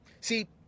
See